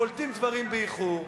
קולטים דברים באיחור,